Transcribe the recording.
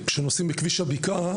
כשנוסעים בכביש הבקעה,